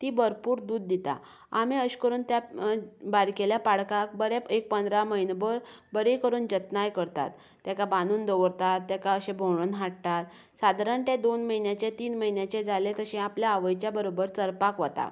ती भरपूर दूद दिता आमी अशी करून बारकेल्या पाडकाक बरें एक पंदरा म्हयनो भर बरें करून जतनाय करतात ताका बांदून दवरतात ताका अशें भोंवडून हाडटात सादरण ते दोन म्हयन्याचे तीन म्हयन्याचे जाले तशे आपले आवयच्या बरोबर चरपाक वता